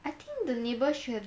I think the neighbours should